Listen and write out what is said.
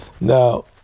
Now